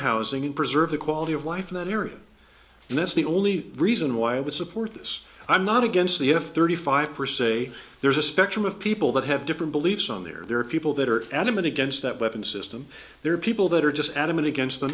housing and preserve the quality of life in the mirror and that's the only reason why i would support this i'm not against the f thirty five per se there's a spectrum of people that have different beliefs on there are people that are adamant against that weapon system there are people that are just adamant against the